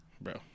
Bro